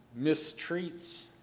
mistreats